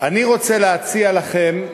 אני רוצה להציע לכם,